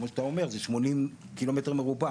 כמו שאתה אומר זה 80 קילומטר מרובע,